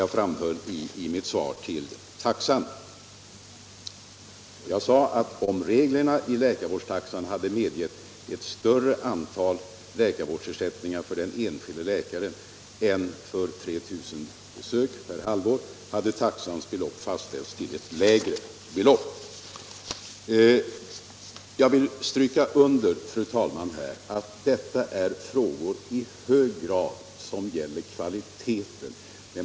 Jag sade i mitt svar: ”Om reglerna i läkarvårdstaxan hade medgett ett större antal läkarvårdsersättningar för den enskilde läkaren än för 3 000 besök per halvår hade taxans belopp fastställts till lägre belopp.” Jag vill stryka under, fru talman, att detta är frågor som i hög grad gäller kvaliteten.